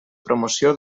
promoció